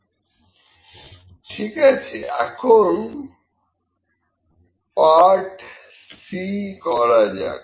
b n 16 p 00456 P X 0 nco p0 1−P1616co0045601−0045616 ¿04739 ঠিক আছে এখন পার্ট c করা যাক